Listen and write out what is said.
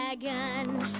dragon